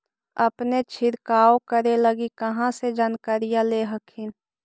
अपने छीरकाऔ करे लगी कहा से जानकारीया ले हखिन?